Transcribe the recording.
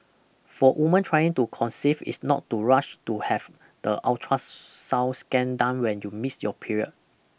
for women trying to conceive is not to rush to have the ultrasound scan done when you miss your period